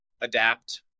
adapt